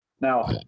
Now